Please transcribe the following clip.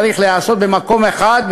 צריך להיעשות במקום אחד,